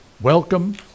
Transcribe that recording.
Welcome